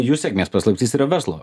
jų sėkmės paslaptis yra verslo